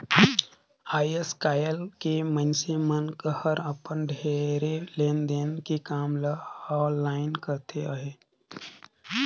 आएस काएल के मइनसे मन हर अपन ढेरे लेन देन के काम ल आनलाईन करत अहें